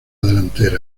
delantera